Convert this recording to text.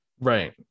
right